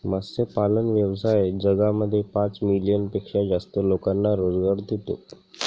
मत्स्यपालन व्यवसाय जगामध्ये पाच मिलियन पेक्षा जास्त लोकांना रोजगार देतो